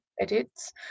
edits